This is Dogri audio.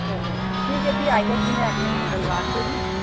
चलो ठीक ऐ प्ही में आई जाह्गी मंगलवार धोड़ी